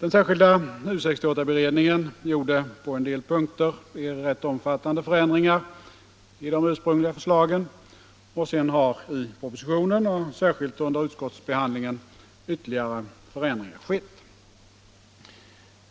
Den särskilda U 68-beredningen vidtog på en del punkter rätt omfattande förändringar i de ursprungliga förslagen, och sedan har i propositionen och särskilt under utskottsbehandlingen ytterligare förändringar skett.